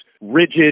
rigid